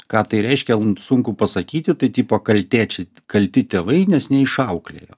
ką tai reiškia sunku pasakyti tai tipo kaltė čia kalti tėvai nes neišauklėjo